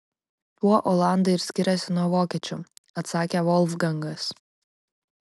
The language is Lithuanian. tuo olandai ir skiriasi nuo vokiečių atsakė volfgangas